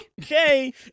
Okay